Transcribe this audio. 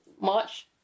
March